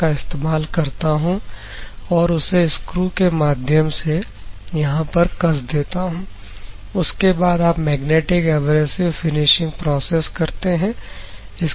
उसका इस्तेमाल करता हूं और उसे स्क्रू के माध्यम से यहां पर कस देता हूं उसके बाद आप मैग्नेटिक एब्रेसिव फिनिशिंग प्रॉसेस करते हैं